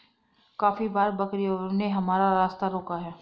काफी बार बकरियों ने हमारा रास्ता रोका है